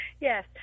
Yes